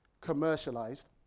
commercialized